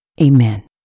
Amen